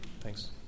Thanks